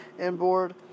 inboard